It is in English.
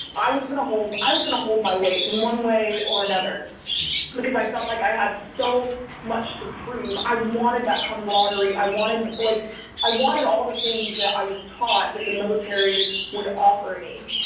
i was going home, i was going to hold my weight in one way or another because i felt like i had so much to prove. i wanted that camaraderie. i wanted like i wanted all the things that i was taught that the military would offer me.